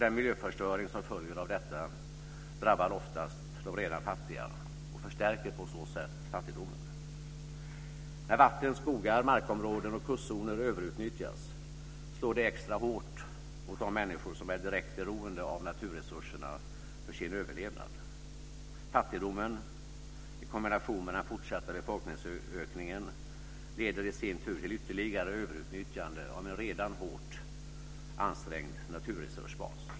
Den miljöförstöring som följer av detta drabbar oftast de redan fattiga, och förstärker på så sätt fattigdomen. När vatten, skogar, markområden och kustzoner överutnyttjas slår det extra hårt mot de människor som är direkt beroende av naturresurserna för sin överlevnad. Fattigdomen i kombination med den fortsatta befolkningsökningen leder i sin tur till ytterligare överutnyttjande av en redan hårt ansträngd naturresursbas.